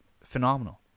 phenomenal